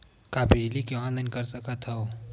का बिजली के ऑनलाइन कर सकत हव?